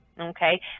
Okay